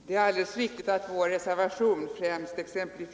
Herr talman! Det är alldeles riktigt att vår reservation främst ger exempel